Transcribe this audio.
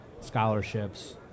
scholarships